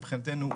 מבחינתנו,